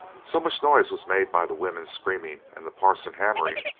so much noise was made by the women screaming and the parson hammering,